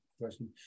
question